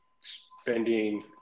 spending